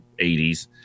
80s